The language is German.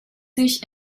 sich